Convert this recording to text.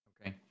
Okay